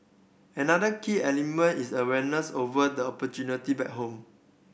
another key element is awareness over the opportunity back home